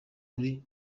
muri